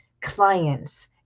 clients